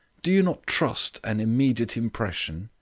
do you not trust an immediate impression?